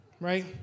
right